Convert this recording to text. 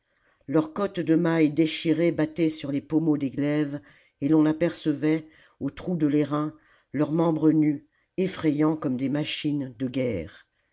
leurs cottes de mailles déchirées battaient sur les pommeaux des glaives et l'on apercevait aux trous de l'airain leurs membres nus effrayants comme des machines de guerre